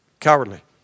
Cowardly